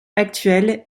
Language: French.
actuelle